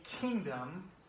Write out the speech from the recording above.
kingdom